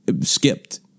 skipped